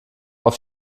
auf